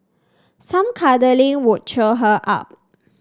some cuddling could cheer her up